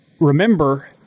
remember